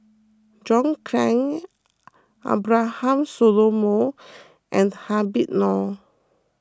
John Clang Abraham Solomon and Habib Noh